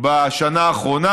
בשנה האחרונה.